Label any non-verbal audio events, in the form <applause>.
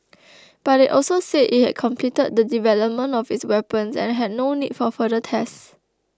<noise> but it also said it had completed the development of its weapons and had no need for further tests